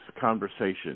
Conversation